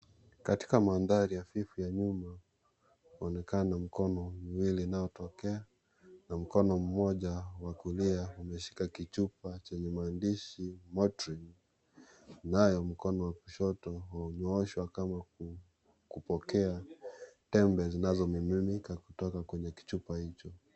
Katika mandhari hafifu ya nyuma kunaonekana mikono miwili inayotokea na mkono mmoja wa kulia umeshika kichupa chenye maandishi Motrin naye mkono wa kushoto umenyooshwa kama kupokea tembe zinazomiminika kutoka kwenye kichupa hicho.